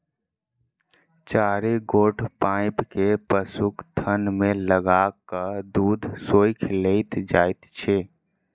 चारि गोट पाइप के पशुक थन मे लगा क दूध सोइख लेल जाइत छै